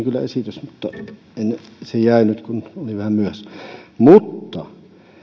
kyllä ollut esitys mutta se jäi nyt kun olin vähän myöhässä mutta